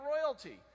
royalty